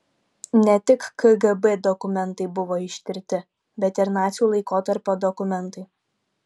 ne tik kgb dokumentai buvo ištirti bet ir nacių laikotarpio dokumentai